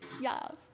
Yes